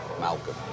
Malcolm